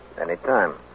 Anytime